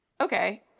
Okay